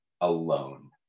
alone